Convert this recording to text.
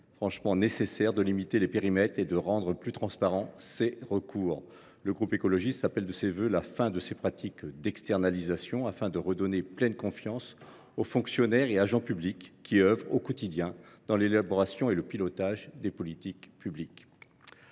donc nécessaire de limiter les périmètres et de rendre plus transparents ces recours. Le groupe Écologiste – Solidarité et Territoires appelle de ses vœux la fin de ces pratiques d’externalisation, afin de redonner pleine confiance aux fonctionnaires et aux agents publics qui œuvrent au quotidien à l’élaboration et au pilotage des politiques publiques.